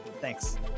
Thanks